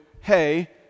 hey